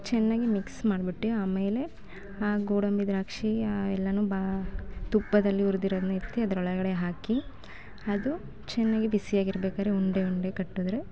ಚೆನ್ನಾಗಿ ಮಿಕ್ಸ್ ಮಾಡ್ಬಿಟ್ಟು ಆಮೇಲೆ ಆ ಗೋಡಂಬಿ ದ್ರಾಕ್ಷಿ ಆ ಎಲ್ಲಾ ಬ ತುಪ್ಪದಲ್ಲಿ ಹುರಿದಿರೋದ್ನ ಎತ್ತಿ ಅದರೊಳಗಡೆ ಹಾಕಿ ಅದು ಚೆನ್ನಾಗಿ ಬಿಸಿಯಾಗಿರ್ಬೇಕಾದ್ರೆ ಉಂಡೆ ಉಂಡೆ ಕಟ್ಟಿದ್ರೆ